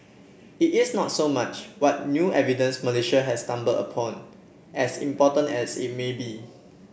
it is not so much what new evidence Malaysia has stumbled upon as important as it may be